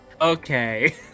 Okay